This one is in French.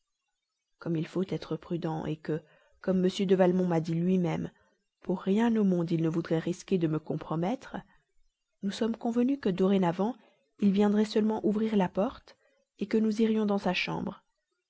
comme il faut être prudent que comme m de valmont m'a dit lui-même pour rien au monde il ne voudrait risquer de me compromettre nous sommes convenus que dorénavant il viendrait seulement ouvrir la porte que nous irons dans sa chambre